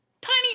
tiny